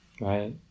right